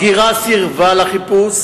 הבגירה סירבה לחיפוש